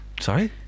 Sorry